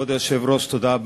כבוד היושב-ראש, תודה רבה,